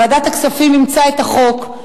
ועדת הכספים אימצה את החוק,